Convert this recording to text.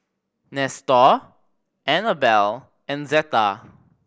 Nestor Anabel and Zetta